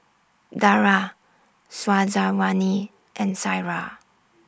Dara Syazwani and Syirah